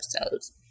episodes